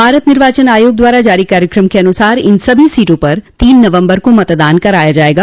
भारत निर्वाचन आयोग द्वारा जारी कार्यक्रम के अनुसार इन सभी सीटों पर तीन नवम्बर को मतदान कराया जायेगा